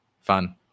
fun